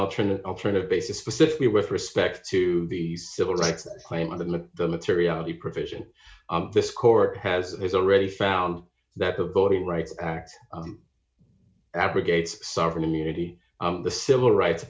alternate alternative basis specific with respect to the civil rights claim of the the materiality provision this court has already found that the voting rights act abrogates sovereign immunity the civil rights